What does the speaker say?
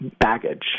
baggage